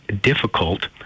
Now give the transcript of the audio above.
difficult